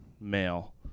male